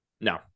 No